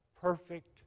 perfect